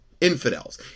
infidels